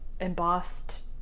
embossed